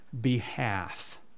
behalf